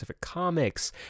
Comics